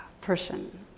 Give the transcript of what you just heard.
person